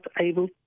able